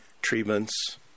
treatments